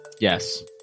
Yes